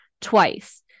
Twice